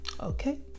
Okay